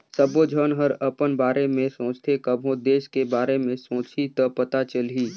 सबो झन हर अपन बारे में सोचथें कभों देस के बारे मे सोंचहि त पता चलही